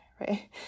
right